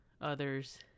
others